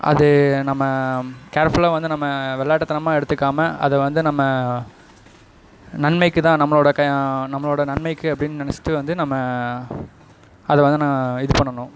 அது நம்ம கேர்ஃபுல்லாக வந்து நம்ம விளையாட்டுத்தனமாக எடுத்துக்காமல் அதை வந்து நம்ம நன்மைக்கு தான் நம்பளோட நம்மளோட நன்மைக்கு அப்படின்னு நினச்சிட்டு வந்து நம்ம அதை வந்து ந இது பண்ணணும்